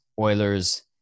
Oilers